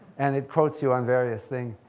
and it quotes you on various things.